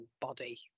body